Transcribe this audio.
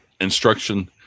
instruction